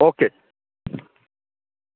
okay